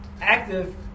active